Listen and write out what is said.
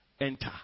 Enter